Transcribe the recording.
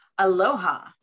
Aloha